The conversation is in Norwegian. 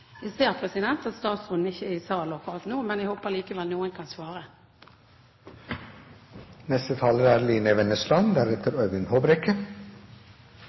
Jeg ser at statsråden ikke er i salen akkurat nå, men jeg håper likevel at noen kan svare. Når man hører opposisjonens kritikk i media og i denne sal, skulle man tro at oljefondet er